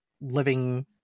living